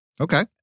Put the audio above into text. Okay